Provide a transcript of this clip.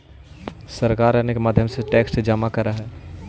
सरकार अनेक माध्यम से टैक्स जमा करऽ हई